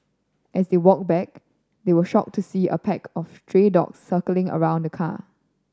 as they walked back they were shocked to see a pack of stray dog circling around the car